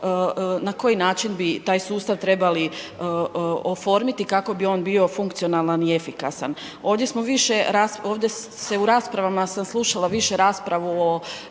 na koji način bi taj sustav trebali oformiti kako bi on bio funkcionalan i efikasan. Ovdje smo više, ovdje se u raspravama sam slušala više raspravu o